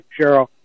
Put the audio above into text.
Cheryl